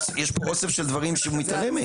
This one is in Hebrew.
יש פה אוסף של דברים שהוא מתעלם מהם.